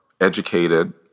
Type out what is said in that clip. educated